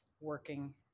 working